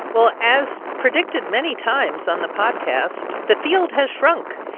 well, as predicted many times on the podcast, the field has shrunk,